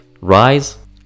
rise